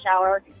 shower